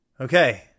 Okay